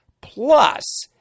plus